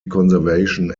conservation